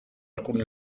alcuni